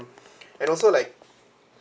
and also like